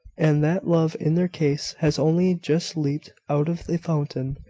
and that love in their case has only just leaped out of the fountain,